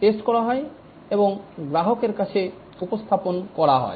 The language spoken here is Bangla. টেস্ট করা হয় এবং গ্রাহকের কাছে উপস্থাপন করা হয়